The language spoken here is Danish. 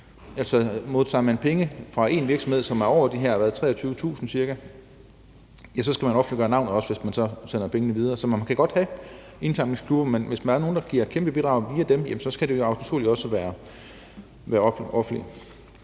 Altså, modtager man penge fra én virksomhed, hvor beløbet er over de her ca. 23.000 kr., så skal man også offentliggøre navnet, hvis man sender pengene videre. Så man kan godt have indsamlingsklubber, men hvis der er nogle, der giver kæmpe bidrag via dem, så skal det naturligt også være offentligt.